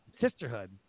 sisterhood